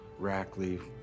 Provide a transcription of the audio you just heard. Rackley